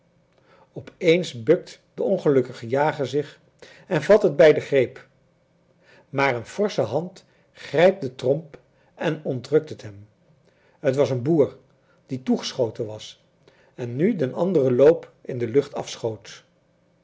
op eens bukt de ongelukkige jager zich en vat het bij de greep maar een forsche hand grijpt de tromp en ontrukt het hem het was een boer die toegeschoten was en nu den anderen loop in de lucht afschoot